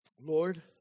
Lord